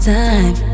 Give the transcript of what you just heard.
time